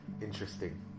interesting